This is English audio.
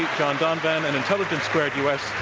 john donovan, and intelligence squared u. s.